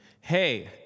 hey